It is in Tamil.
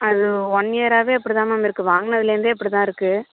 அது ஒன் இயராகவே இப்படி தான் மேம் இருக்குது வாங்குனதுலேருந்தே இப்படிதாருக்கு